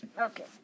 Okay